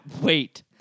wait